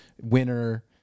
winner